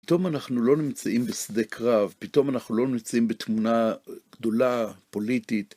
פתאום אנחנו לא נמצאים בשדה קרב, פתאום אנחנו לא נמצאים בתמונה גדולה, פוליטית.